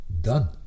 done